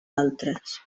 altres